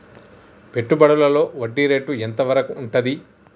పెట్టుబడులలో వడ్డీ రేటు ఎంత వరకు ఉంటది?